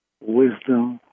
wisdom